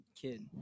kid